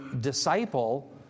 disciple